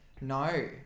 no